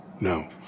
no